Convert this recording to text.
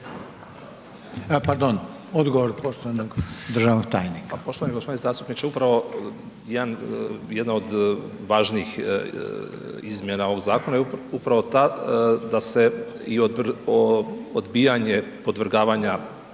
Pardon, odgovor poštovanog državnog tajnika.